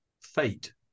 fate